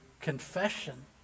confession